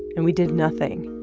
and we did nothing.